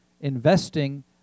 investing